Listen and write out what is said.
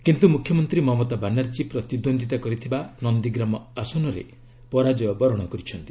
କିନ୍ତୁ ମୁଖ୍ୟମନ୍ତ୍ରୀ ମମତା ବାନାର୍ଜୀ ପ୍ରତିଦ୍ୱନ୍ଦିତା କରିଥିବା ନନ୍ଦୀଗ୍ରାମ ଆସନରେ ପରାଜୟବରଣ କରିଛନ୍ତି